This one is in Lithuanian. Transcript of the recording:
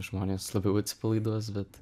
žmonės labiau atsipalaiduos bet